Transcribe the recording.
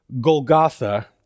Golgotha